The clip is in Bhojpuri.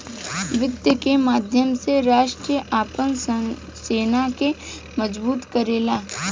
वित्त के माध्यम से राष्ट्र आपन सेना के मजबूत करेला